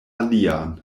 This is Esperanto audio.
alian